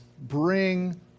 bring